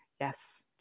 yes